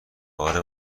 بار